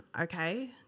okay